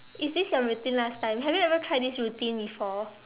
is this your routine last time have you ever tried this routine before